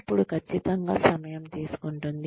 అప్పుడు ఖచ్చితంగా సమయం తీసుకుంటుంది